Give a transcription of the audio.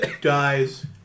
dies